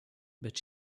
but